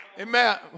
Amen